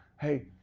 hey,